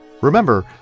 Remember